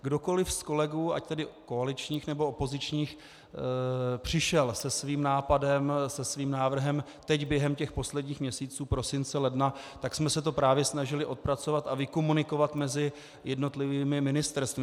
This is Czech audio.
Kdokoliv z kolegů, ať tedy koaličních, nebo opozičních, přišel se svým nápadem, se svým návrhem teď během těch posledních měsíců, prosince, ledna, tak jsme se to právě snažili odpracovat a vykomunikovat mezi jednotlivými ministerstvy.